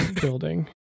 building